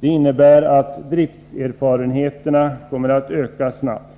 Det innebär att driftserfarenheterna kommer att öka snabbt.